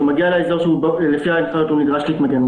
כשהוא מגיע לאזור שבו הוא נדרש להתמגן,